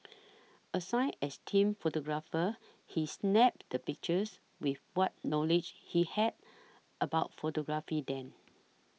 assigned as team photographer he snapped the pictures with what knowledge he had about photography then